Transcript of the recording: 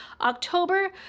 October